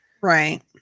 Right